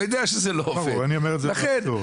אני אומר את זה באבסורד.